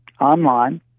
online